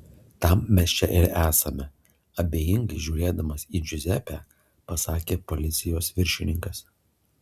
tam mes čia ir esame abejingai žiūrėdamas į džiuzepę pasakė policijos viršininkas